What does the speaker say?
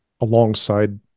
alongside